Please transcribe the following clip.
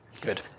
Good